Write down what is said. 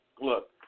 Look